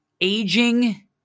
aging